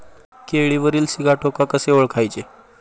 केळीवरील सिगाटोका कसे ओळखायचे?